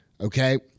okay